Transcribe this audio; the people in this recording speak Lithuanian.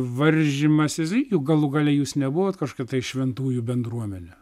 varžymasis juk galų gale jūs nebuvot kažkokia tai šventųjų bendruomenė